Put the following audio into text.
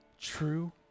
true